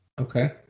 Okay